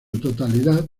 totalidad